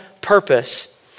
purpose